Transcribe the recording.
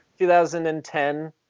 2010